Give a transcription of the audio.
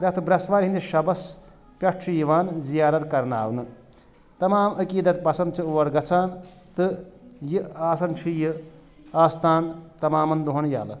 پرٛتھ برٛیٚسوارِ ہِنٛدِس شبَس پیٚٹھ چھُ یِوان زِیارت کَرناونہٕ تمام عقیٖدت پَسنٛد چھِ اور گژھان تہٕ یہِ آسان چھُ یہِ آستان تَمامَن دۄہَن یَلہٕ